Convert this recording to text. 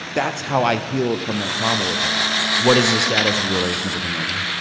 that's how i healed from that trauma with him what is the status of your relationship with him right now?